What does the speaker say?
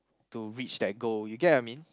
to reach that goal you get I mean